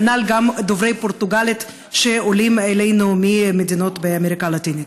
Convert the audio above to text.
כנ"ל גם דוברי פורטוגלית שעולים אלינו ממדינות באמריקה הלטינית.